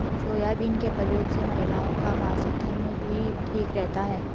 soybean के प्रयोग से महिलाओं का मासिक धर्म भी ठीक रहता है